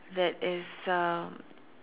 that is uh